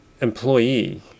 employee